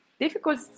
difficult